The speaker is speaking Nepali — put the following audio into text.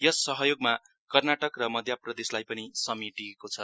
यस सहयोगमा कर्नाटक र मध्यप्रदेशललाई पनि समेटिएको छ